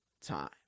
time